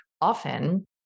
often